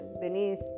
beneath